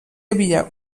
havia